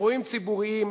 אירועים ציבוריים,